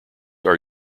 are